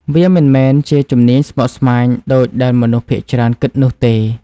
វាមិនមែនជាជំនាញស្មុគស្មាញដូចដែលមនុស្សភាគច្រើនគិតនោះទេ។